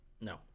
No